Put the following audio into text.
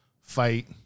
fight